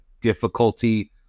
difficulty